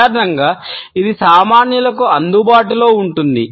సాధారణంగా ఇది సామాన్యులకు అందుబాటులో ఉంటుంది